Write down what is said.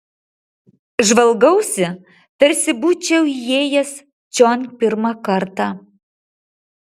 žvalgausi tarsi būčiau įėjęs čion pirmą kartą